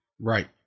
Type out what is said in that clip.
Right